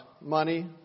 money